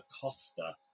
Costa